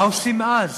מה עושים אז?